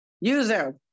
user